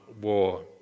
War